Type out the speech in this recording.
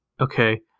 Okay